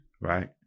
Right